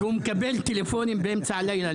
הוא לפעמים מקבל טלפונים באמצע הלילה.